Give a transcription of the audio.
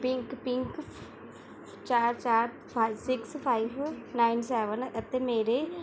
pink pink ਚਾਰ ਚਾਰ five six five nine seven ਅਤੇ ਮੇਰੇ